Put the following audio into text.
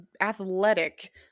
athletic